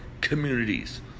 communities